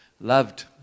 loved